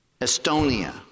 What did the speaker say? Estonia